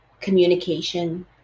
communication